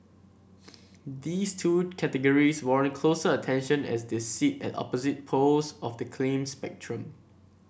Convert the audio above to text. these two categories warrant closer attention as they sit at opposite poles of the claim spectrum